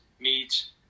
meats